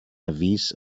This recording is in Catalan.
avís